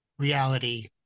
Reality